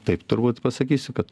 taip turbūt pasakysiu kad